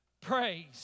Praise